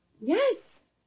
Yes